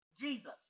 Jesus